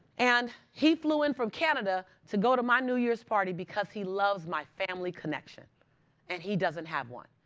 and he flew in from canada to go to my new year's party because he loves my family connection and he doesn't have one.